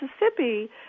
Mississippi